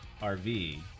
RV